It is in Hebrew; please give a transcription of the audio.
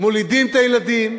מולידים את הילדים,